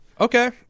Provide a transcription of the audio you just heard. Okay